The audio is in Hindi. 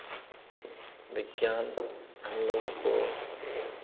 विज्ञान हम लोगों को